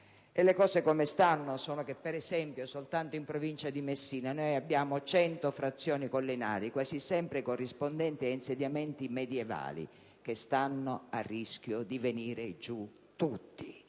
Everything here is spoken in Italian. le cose come stanno. Per fare un esempio, soltanto in provincia di Messina abbiamo 100 frazioni collinari, quasi sempre corrispondenti ad insediamenti medievali, che sono a rischio di venire giù, tutti,